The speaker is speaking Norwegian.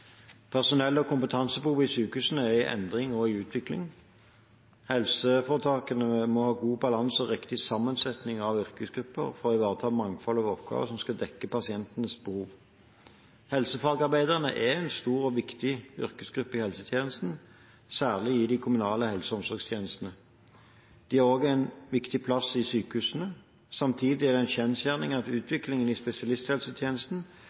Personell- og kompetansebehovet i sykehusene er i endring og i utvikling. Helseforetakene må ha god balanse og riktig sammensetting av yrkesgrupper for å ivareta mangfoldet av oppgaver som skal dekke pasientenes behov. Helsefagarbeidere er en stor og viktig yrkesgruppe i helsetjenesten, særlig i de kommunale helse- og omsorgstjenestene. De har også en viktig plass i sykehusene. Samtidig er det en kjensgjerning at